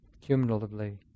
cumulatively